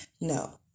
No